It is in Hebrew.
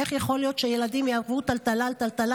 איך יכול להיות שילדים יעברו טלטלה על טלטלה?